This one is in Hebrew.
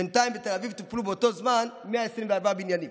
בינתיים בתל אביב טופלו באותו זמן 124 בניינים,